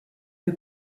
für